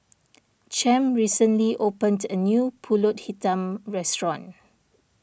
Champ recently opened a new Pulut Hitam restaurant